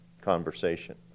conversation